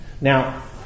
Now